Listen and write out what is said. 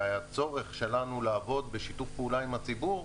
והצורך שלנו לעבוד בשיתוף פעולה עם הציבור,